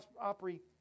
Opry